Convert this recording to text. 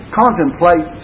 contemplate